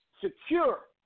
secure